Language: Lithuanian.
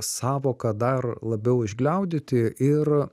sąvoką dar labiau išgliaudyti ir